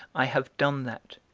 i have done that,